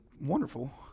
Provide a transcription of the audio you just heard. wonderful